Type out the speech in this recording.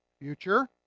Future